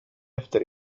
efter